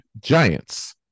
Giants